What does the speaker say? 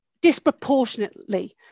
disproportionately